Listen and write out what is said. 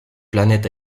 planète